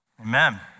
amen